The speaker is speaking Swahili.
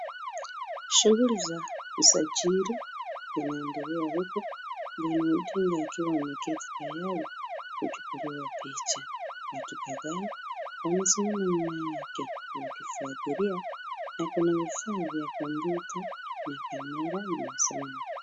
Shughuli za usajili zinaendelea huku, Raila Odinga akiwa ameketi tayari kuchukuliwa picha. Watu kadhaa wamesimama nyuma yake wakifuatilia na kuna vifaa vya kompyuta, vya kamera mezani.